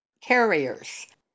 carriers